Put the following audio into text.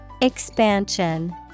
Expansion